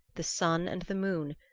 the sun and the moon,